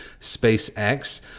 SpaceX